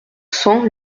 cents